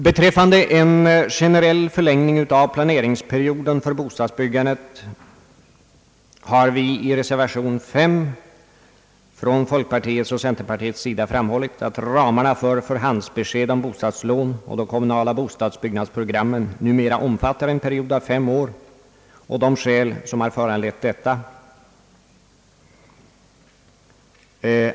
Beträffande en generell förlängning av planeringsperioden för bostadsbyggandet har vi i reservation nr 5 från folkpartiets och centerpartiets sida framhållit att ramarna för förhandsbesked om bostadslån och de kommunala bostadsbyggnadsprogrammen <numera omfattar en period om fem år och redogjort för de skäl som föranlett detta.